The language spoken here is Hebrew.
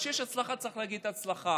כשיש הצלחה צריך להגיד הצלחה,